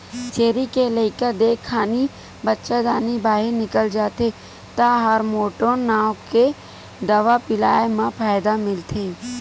छेरी के लइका देय खानी बच्चादानी बाहिर निकल जाथे त हारमोटोन नांव के दवा पिलाए म फायदा मिलथे